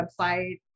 website